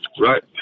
Right